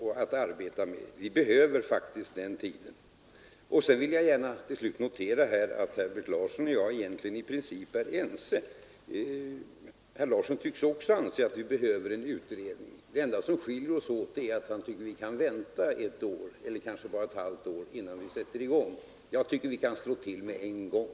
Vi behöver faktiskt den tiden. Slutligen noterar jag att Herbert Larsson och jag egentligen i princip är ense. Även herr Larsson tycks anse att vi behöver en utredning. Det enda som skiljer oss åt är att herr Larsson tycker att vi kan vänta ett år — eller kanske bara ett halvt — innan vi sätter i gång, medan jag tycker att man kan slå till med en gång.